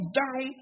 down